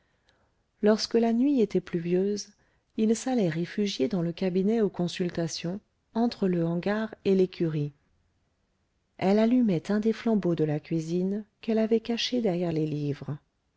lorsque la nuit était pluvieuse ils s'allaient réfugier dans le cabinet aux consultations entre le hangar et l'écurie elle allumait un des flambeaux de la cuisine qu'elle avait caché derrière les livres